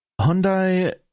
Hyundai